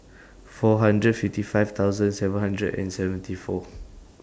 four hundred fifty five thousand seven hundred and seventy four